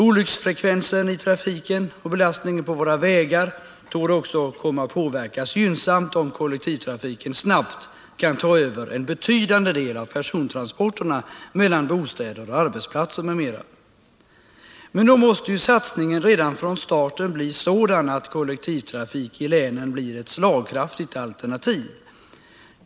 Olycksfrekvensen i trafiken och belastningen på våra vägar torde också också komma att påverkas gynnsamt om kollektivtrafiken snabbt kan ta över en betydande del av persontransporterna mellan bostäder och arbetsplatser m.m. Men då måste ju satsningen redan från starten bli sådan att kollektivtrafik i länen blir ett slagkraftigt alternativ.